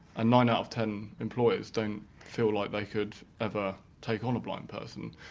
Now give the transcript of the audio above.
and nine out of ten employers don't feel like they could ever take on a blind person.